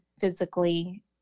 physically